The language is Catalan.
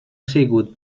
sigut